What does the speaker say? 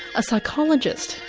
a psychologist,